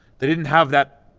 they didn't have that.